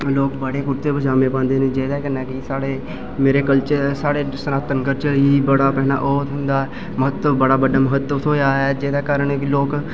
लोक बड्डे कुर्ते पचामे पादें न जैहदे कन्नै साढ़े मेरे साढ़े सनातन कल्चर बड़ा बड्डा ओह् होंदा बड़ा बड्डा म्हत्तब थ्होआ जैहदे कारण लोक